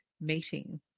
meeting